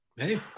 Hey